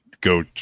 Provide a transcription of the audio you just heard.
go